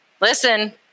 listen